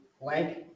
Blank